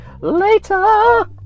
later